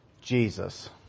jesus